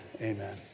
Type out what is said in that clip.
amen